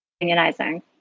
unionizing